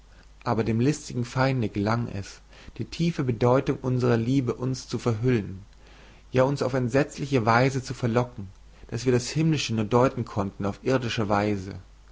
aber dem listigen feinde gelang es die tiefe bedeutung unserer liebe uns zu verhüllen ja uns auf entsetzliche weise zu verlocken daß wir das himmlische nur deuten konnten auf irdische weise